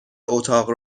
اتاق